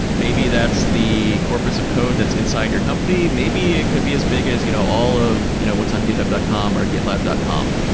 maybe that's the corporates of code that's inside of your company. maybe it could be as big as you know all of you know what's on github dot com or gitlab dot com.